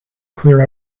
clear